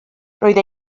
roedd